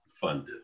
funded